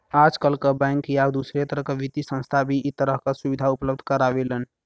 आजकल बैंक या दूसरे तरह क वित्तीय संस्थान भी इ तरह क सुविधा उपलब्ध करावेलन